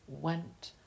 went